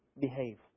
behave